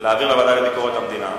להעביר לוועדה לביקורת המדינה.